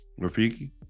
Rafiki